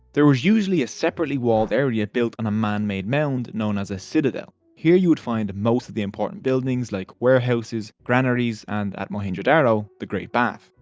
there was usually a separately walled area built on a man made mound known as a citadel. here you would find most of the important buildings, like warehouses, granaries, and at mohenjo-daro, the great bath.